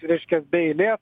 reiškias be eilės